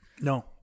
No